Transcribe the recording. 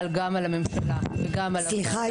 גם על הממשלה וגם על הוועדה -- סליחה,